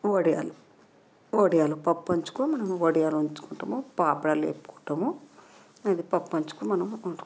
వడియాలు వడియాలు పప్పు అంచుకు మనం వడియాలు ఉంచుకుంటాము పాపడాలు వేపుకుంటాము ఇది పప్పు అంచుకు మనం వండుకుంటాం